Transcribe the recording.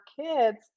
kids